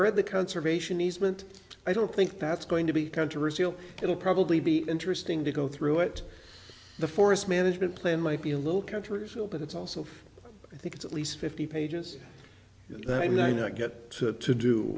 read the conservation easement i don't think that's going to be controversial it'll probably be interesting to go through it the forest management plan might be a little controversial but it's also i think it's at least fifty pages that i may not get to do